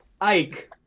Ike